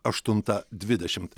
aštuntą dvidešimt